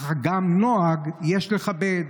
אך גם נוהג יש לכבד.